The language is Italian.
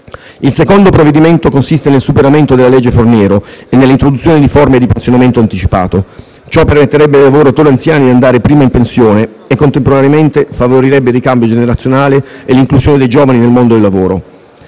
Il secondo provvedimento consiste nel superamento della cosiddetta legge Fornero e nell'introduzione di forme di pensionamento anticipato. Ciò permetterebbe ai lavoratori anziani di andare prima in pensione e, contemporaneamente, favorirebbe il ricambio generazionale e l'inclusione dei giovani nel mondo del lavoro.